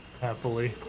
happily